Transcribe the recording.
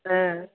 ஆ